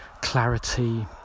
clarity